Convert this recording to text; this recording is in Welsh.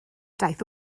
daeth